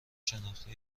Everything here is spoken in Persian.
شناختی